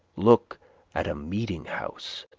look at a meeting-house,